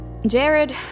Jared